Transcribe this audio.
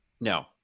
no